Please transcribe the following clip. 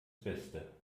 beste